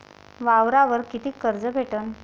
वावरावर कितीक कर्ज भेटन?